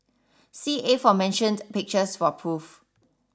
see aforementioned pictures for proof